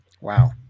Wow